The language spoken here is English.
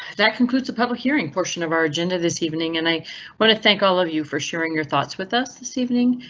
that concludes the public hearing portion of our agenda this evening, and i want to thank all of you for sharing your thoughts with us this evening.